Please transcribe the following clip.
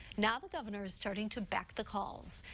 now, the governor is starting to back the calls.